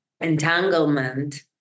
entanglement